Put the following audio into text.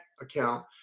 account